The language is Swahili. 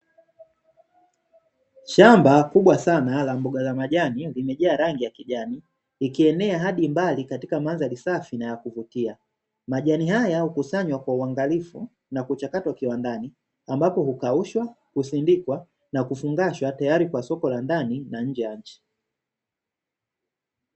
Shamba kubwa sana la mboga za majani,, limejaa rangi ya kijani ikienea hadi mbali katika mandhari safi na ya kuvutia, majani haya hukusanywa kwa uangalifu, na kuchakatwa kiwandani ambapo hukaushwa, husindikwa, na hufungashwa tayari kwa soko la ndani na nje ya nchi.